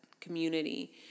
community